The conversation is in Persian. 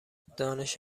دانش